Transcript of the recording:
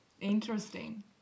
interesting